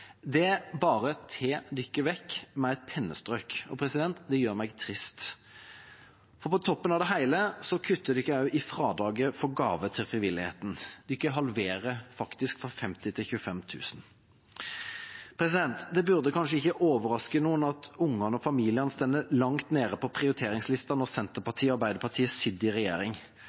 vekk med et pennestrøk. Det gjør meg trist, for på toppen av det hele kutter de også i fradraget for gave til frivilligheten, de halverer det faktisk fra 50 000 til 25 000 kr. Det burde kanskje ikke overraske noen at ungene og familiene står langt nede på prioriteringslista når Senterpartiet og Arbeiderpartiet sitter i regjering.